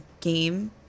game